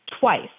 twice